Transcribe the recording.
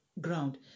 ground